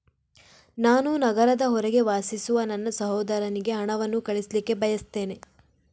ನಾನು ನಗರದ ಹೊರಗೆ ವಾಸಿಸುವ ನನ್ನ ಸಹೋದರನಿಗೆ ಹಣವನ್ನು ಕಳಿಸ್ಲಿಕ್ಕೆ ಬಯಸ್ತೆನೆ